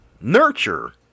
Nurture